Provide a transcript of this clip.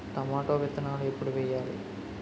Tomato విత్తనాలు ఎప్పుడు వెయ్యాలి?